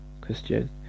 Christian